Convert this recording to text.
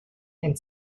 and